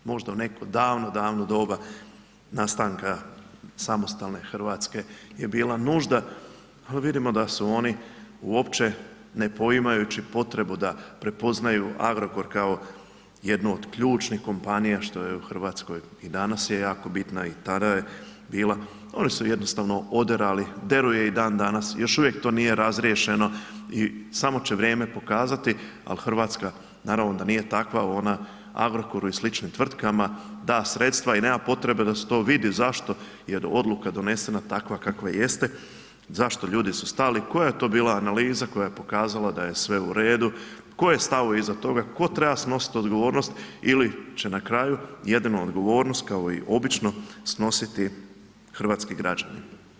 Možda u neko davno, davno doba nastanka samostalne Hrvatske je bila nužda, a vidimo da su oni uopće ne poimajući potrebu da prepoznaju Agrokor kao jednu od ključnih kompanija što je u Hrvatskoj i danas je jako bitna i tada je bila, oni su jednostavno oderali, deru je i dan danas, još uvijek to nije razriješeno i samo će vrijeme pokazati, al Hrvatska naravno da nije takva ona Agorkoru i sličnim tvrtkama da sredstva i nema potrebe da se to vidi zašto jer odluka donesena takva kakva jeste, zašto ljudi su stali, koja je to bila analiza koja je pokazala da je pokazala da je sve redu, tko je stao iza toga, tko treba snosit odgovornost ili će na kraju jedinu odgovornost, kao i obično snositi hrvatski građani.